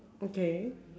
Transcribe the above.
okay